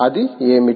అది ఏమిటి